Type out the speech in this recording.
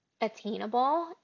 attainable